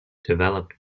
developed